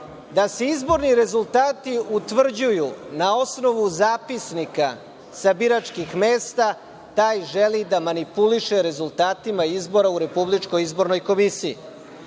da se izborni rezultati utvrđuju na osnovu zapisnika sa biračkih mesta, taj želi da manipuliše rezultatima izbora u RIK. Imate priliku